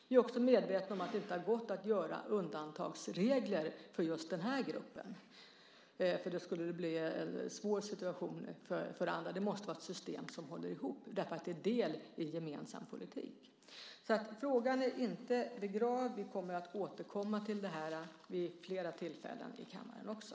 Vi är också medvetna om att det inte har gått att göra undantagsregler för just den här gruppen, för då skulle situationen bli svår för andra. Det måste vara ett system som håller ihop, därför att det är en del i en gemensam politik. Frågan är alltså inte begravd. Vi kommer att återkomma till det här vid flera tillfällen i kammaren också.